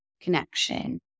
connection